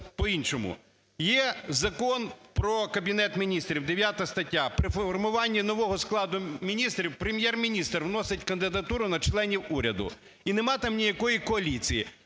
по-іншому. Є Закон про Кабінет Міністрів, 9 стаття. При формуванні нового складу міністрів Прем'єр-міністр вносить кандидатуру на членів уряду, і немає там ніякої коаліції.